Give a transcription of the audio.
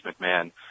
McMahon